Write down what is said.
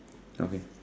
okay